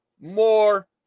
more